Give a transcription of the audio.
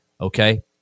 Okay